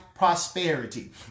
Prosperity